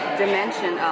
dimension